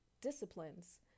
disciplines